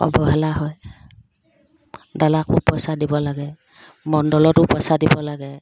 অৱহেলা হয় দালালকো পইচা দিব লাগে মণ্ডলতো পইচা দিব লাগে